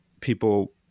people